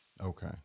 Okay